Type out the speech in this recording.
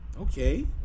Okay